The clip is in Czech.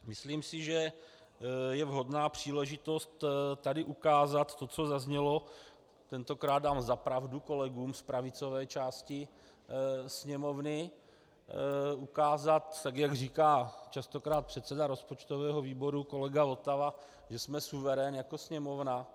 Myslím si, že je vhodná příležitost tady ukázat to, co zaznělo, tentokrát dám za pravdu kolegům z pravicové části Sněmovny, ukázat, tak jak říká častokrát předseda rozpočtového výboru kolega Votava, že jsme suverén jako Sněmovna.